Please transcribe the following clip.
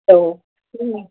हो हं